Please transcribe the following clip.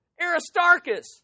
Aristarchus